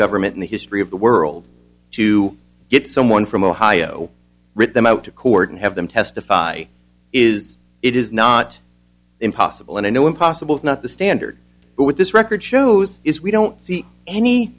government in the history of the world to get someone from ohio rhythm out to court and have them testify is it is not impossible and i know impossible is not the standard but what this record shows is we don't see any